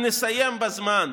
אם נסיים בזמן,